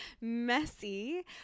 messy